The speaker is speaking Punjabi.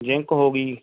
ਜਿੰਕ ਹੋ ਗਈ